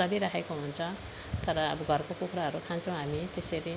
चलिराखेको हुन्छ तर अब घरको कुखुराहरू खान्छौँ हामी त्यसरी